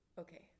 Okay